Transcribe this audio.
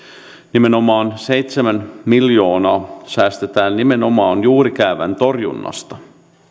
seitsemän miljoonaa säästetään nimenomaan juurikäävän torjunnasta